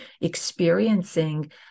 experiencing